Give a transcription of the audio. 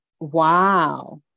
wow